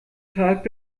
tag